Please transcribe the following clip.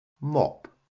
mop